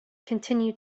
continued